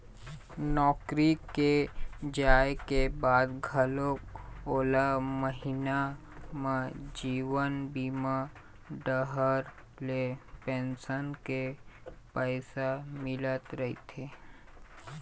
नौकरी के जाए के बाद घलोक ओला महिना म जीवन बीमा डहर ले पेंसन के पइसा मिलत रहिथे